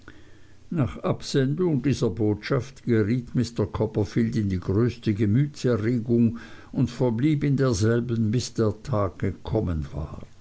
nach absendung dieser botschaft geriet mr copperfield in die größte gemütserregung und verblieb in derselben bis der tag gekommen war